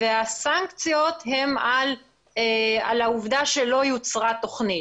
והסנקציות הן על העובדה שלא יוצרה תוכנית.